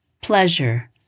pleasure